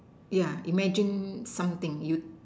ya imagine something you